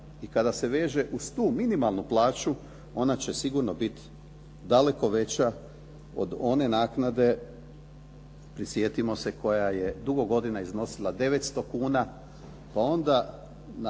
i kada se veže uz tu minimalnu plaću ona će sigurno biti daleko veća od one naknade, prisjetimo se, koja je dugo godina iznosila 900 kuna pa onda